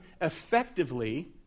effectively